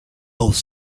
both